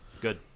Good